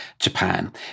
Japan